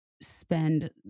spend